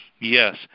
Yes